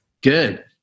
Good